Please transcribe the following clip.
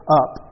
up